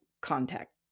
contact